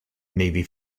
navy